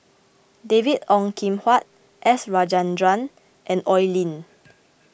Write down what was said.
David Ong Kim Huat S Rajendran and Oi Lin